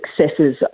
successes